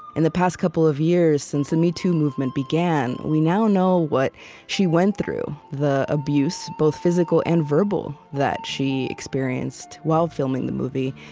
and the past couple of years since the metoo movement began, we now know what she went through the abuse, both physical and verbal, that she experienced while filming the movie.